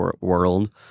world